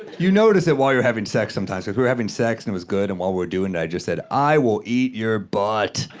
you notice it while you're having sex sometimes. like, if we're having sex and it was good, and while we're doing it, i just said, i will eat your butt,